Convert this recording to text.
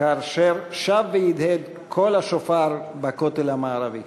כאשר שב והדהד קול השופר בכותל המערבי